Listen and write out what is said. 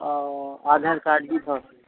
اور آدھار کارڈ بھی تھا اس میں